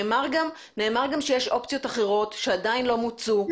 נאמר גם שיש אופציות אחרות שעדיין לא מוצו.